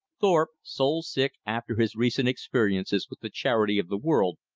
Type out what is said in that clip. thorpe, soul-sick after his recent experiences with the charity of the world,